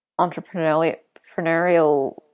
entrepreneurial